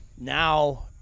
now